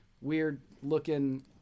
weird-looking